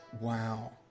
Wow